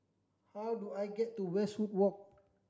how do I get to Westwood Walk